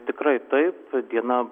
tikrai taip diena